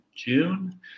June